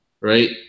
right